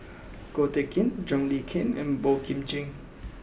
Ko Teck Kin John Le Cain and Boey Kim Cheng